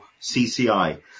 CCI